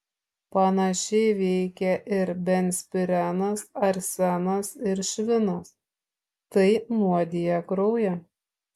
panašiai veikia ir benzpirenas arsenas ir švinas tai nuodija kraują